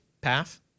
path